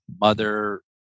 mother